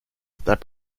that